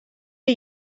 are